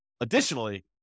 additionally